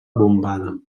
bombada